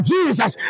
Jesus